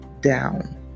down